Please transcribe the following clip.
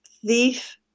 thief